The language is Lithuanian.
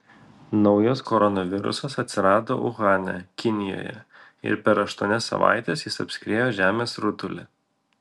naujas koronavirusas atsirado uhane kinijoje ir per aštuonias savaites jis apskriejo žemės rutulį